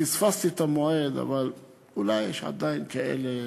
פספסתי את המועד, אבל אולי יש עדיין כאלה